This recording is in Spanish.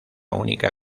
única